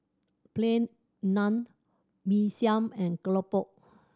Plain Naan Mee Siam and keropok